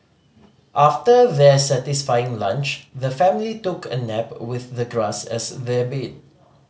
after their satisfying lunch the family took a nap with the grass as their bead